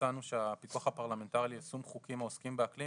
מצאנו שהפיתוח הפרלמנטרי על יישום חוקים העוסקים באקלים